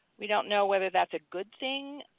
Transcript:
we don't know whether that's a good thing